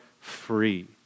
free